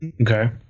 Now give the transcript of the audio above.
Okay